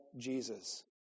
Jesus